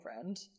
friend